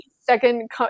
second